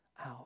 out